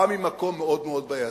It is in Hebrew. ההיגיון הזה בא ממקום מאוד בעייתי.